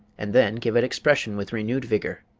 and then give it expression with renewed vigor.